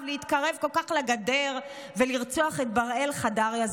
להתקרב כל כך לגדר ולרצוח את בראל חדריה,